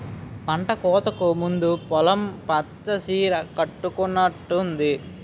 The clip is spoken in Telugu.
పంటకోతకు ముందు పొలం పచ్చ సీర కట్టుకునట్టుంది